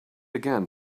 again